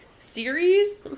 series